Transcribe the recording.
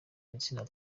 gitsina